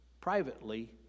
privately